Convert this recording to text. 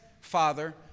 Father